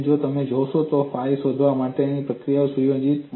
અને જો તમે જોશો તો શું ફાઇ શોધવા માટેની પ્રક્રિયાઓ સુયોજિત છે